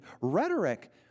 rhetoric